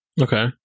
okay